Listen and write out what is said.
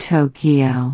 Tokyo